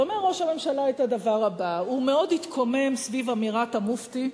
ואומר ראש הממשלה את הדבר הבא: הוא מאוד התקומם סביב אמירת המופתי,